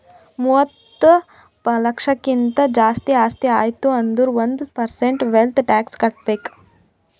ಮೂವತ್ತ ಲಕ್ಷಕ್ಕಿಂತ್ ಜಾಸ್ತಿ ಆಸ್ತಿ ಆಯ್ತು ಅಂದುರ್ ಒಂದ್ ಪರ್ಸೆಂಟ್ ವೆಲ್ತ್ ಟ್ಯಾಕ್ಸ್ ಕಟ್ಬೇಕ್